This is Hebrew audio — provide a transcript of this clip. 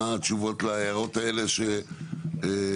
מה התשובות להערות האלה שעלו?